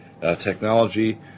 technology